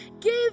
Give